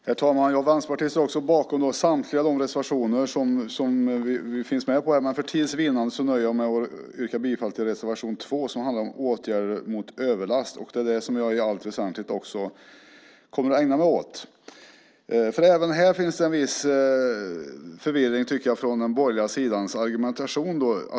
Herr talman! Vänsterpartiet står bakom samtliga reservationer som vi finns med på, men för att vinna tid nöjer jag mig med att yrka bifall till reservation 3 som handlar om åtgärder mot överlast. Det är också det som jag i allt väsentligt kommer att ägna mig åt. Även här finns det en viss förvirring i den borgerliga sidans argumentation.